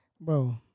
bro